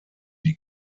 die